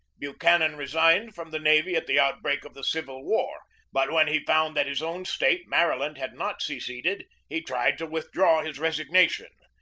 buchanan re signed from the navy at the outbreak of the civil war but when he found that his own state, mary land, had not seceded, he tried to withdraw his resig nation.